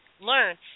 learn